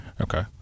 Okay